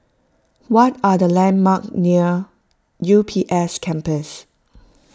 what are the landmark near U B S Campus